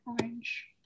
orange